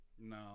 No